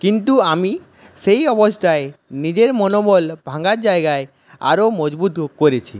কিন্তু আমি সেই অবস্থায় নিজের মনোবল ভাঙার জায়গায় আরও মজবুত করেছি